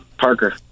Parker